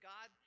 God